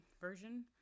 version